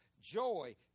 joy